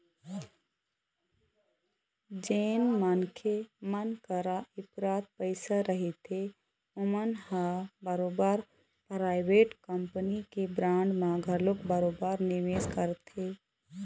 जेन मनखे मन करा इफरात पइसा रहिथे ओमन ह बरोबर पराइवेट कंपनी के बांड म घलोक बरोबर निवेस करथे